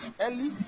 early